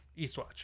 Eastwatch